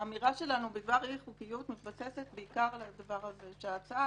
האמירה שלנו בדבר אי החוקיות מתבססת בעיקר על הדבר הזה,